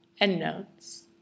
Endnotes